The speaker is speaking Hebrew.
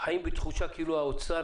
חיים בתחושה כאילו האוצר,